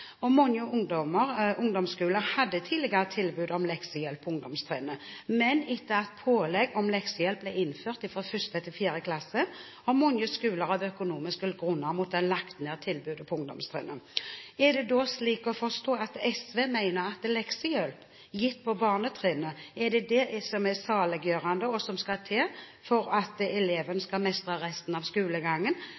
erkjenne. Mange ungdomsskoler hadde tidligere tilbud om leksehjelp på ungdomstrinnet, men etter at pålegg om leksehjelp ble innført fra 1. til 4. klasse, har mange skoler av økonomiske grunner måttet legge ned tilbudet på ungdomstrinnet. Er det da slik å forstå at SV mener at leksehjelp gitt på barnetrinnet er det som er saliggjørende, og som skal til for at eleven